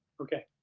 okay.